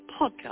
Podcast